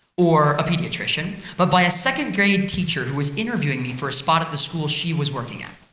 or a pediatrician, but by a second-grade teacher who was interviewing me for a spot at the school she was working at.